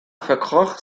verkroch